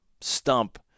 stump